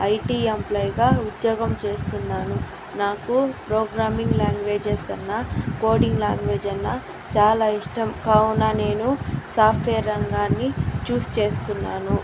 IT ఎంప్లాయిగా ఉద్యోగం చేస్తున్నాను నాకు ప్రోగ్రామింగ్ లాంగ్వేజెస్ అన్నా కోడింగ్ లాంగ్వేజ్ అన్నా చాలా ఇష్టం కావున నేను సాఫ్ట్వేర్ రంగాన్ని చూస్ చేస్కున్నాను